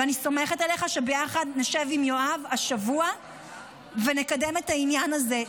ואני סומכת עליך שביחד נשב עם יואב השבוע ונקדם את העניין הזה.